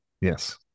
Yes